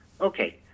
Okay